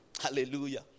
Hallelujah